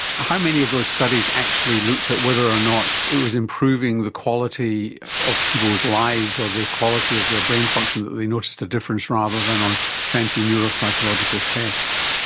how many of those studies actually looked at whether or not it was improving the quality of people's lives or the quality of their brain function that they noticed a difference rather than on fancy neuropsychological tests?